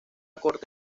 corte